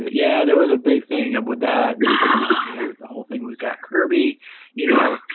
yeah, there was a big thing of with that the whole thing was jack kirby you know